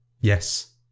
Yes